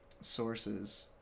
sources